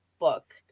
book